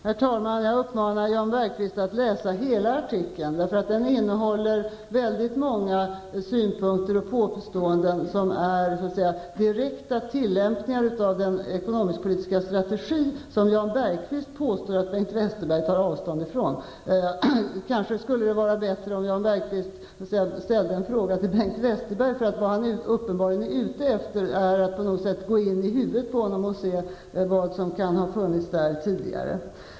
Herr talman! Jag uppmanar Jan Bergqvist att läsa hela artikeln, för den innehåller många synpunkter och påståenden som är direkta tillämpningar av den ekonomisk-politiska strategi som Jan Bergqvist hävdar att Bengt Westerberg tar avstånd från. Kanske skulle det vara bättre om Jan Bergqvist ställde en fråga till Bengt Westerberg. Vad han uppenbarligen är ute efter är att på något sätt gå in i huvudet på Bengt Westerberg och se vad som kan ha funnits där tidigare.